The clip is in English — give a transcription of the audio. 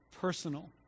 personal